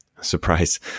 Surprise